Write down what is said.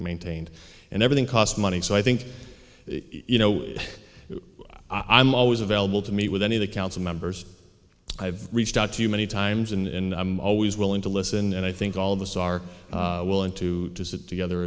maintained and everything costs money so i think you know i am always available to meet with any of the council members i've reached out to you many times in i'm always willing to listen and i think all of us are willing to sit together